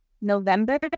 November